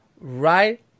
right